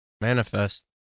Manifest